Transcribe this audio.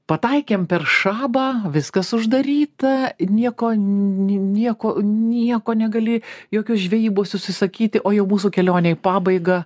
pataikėm per šabą viskas uždaryta nieko nieko nieko negali jokios žvejybos užsisakyti o jau mūsų kelionėj pabaigą